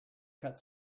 cut